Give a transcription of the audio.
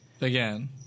again